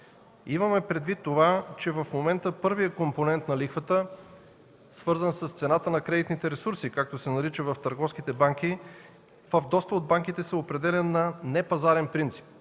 Имаме предвид това, че в момента първият компонент на лихвата, свързан с цената на кредитните ресурси, както се нарича в търговските банки, в доста от банките се определя на непазарен принцип.